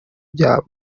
byabo